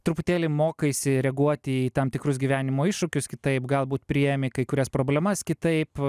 truputėlį mokaisi reaguoti į tam tikrus gyvenimo iššūkius kitaip galbūt priimi kai kurias problemas kitaip